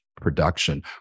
production